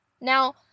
Now